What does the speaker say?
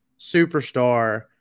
superstar